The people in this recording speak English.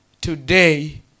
Today